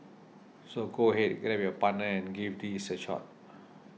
so go ahead grab your partner and give these a shot